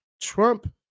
Trump